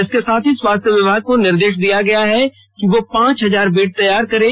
इसके साथ ही स्वास्थ्य विभाग को निर्देश दिया गया है कि वो पांच हजार बेड तैयार करें